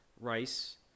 rice